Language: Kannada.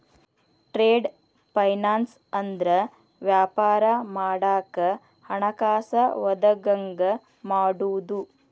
ಟ್ರೇಡ್ ಫೈನಾನ್ಸ್ ಅಂದ್ರ ವ್ಯಾಪಾರ ಮಾಡಾಕ ಹಣಕಾಸ ಒದಗಂಗ ಮಾಡುದು